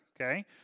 okay